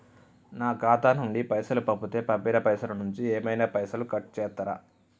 నా ఖాతా నుండి పైసలు పంపుతే పంపిన పైసల నుంచి ఏమైనా పైసలు కట్ చేత్తరా?